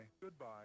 goodbye